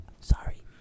Sorry